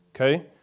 Okay